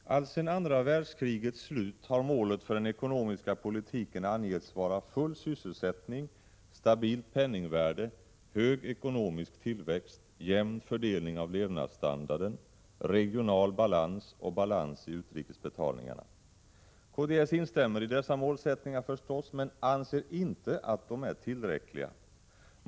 Herr talman! Alltsedan andra världskrigets slut har målet för den ekonomiska politiken angetts vara full sysselsättning, stabilt penningvärde, hög ekonomisk tillväxt, jämn fördelning av levnadsstandarden, regional balans och balans i utrikesbetalningarna. Kds instämmer naturligtvis i dessa målsättningar men anser inte att de är tillräckliga.